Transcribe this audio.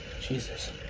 jesus